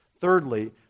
Thirdly